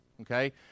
okay